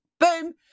Boom